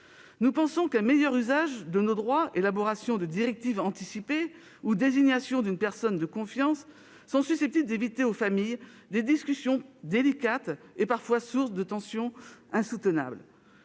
Nous estimons qu'un meilleur usage de nos droits, l'élaboration de directives anticipées ou la désignation d'une personne de confiance sont susceptibles d'éviter aux familles des discussions délicates et parfois sources de tensions insoutenables.